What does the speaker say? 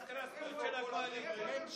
ממשלת העגלות הריקות.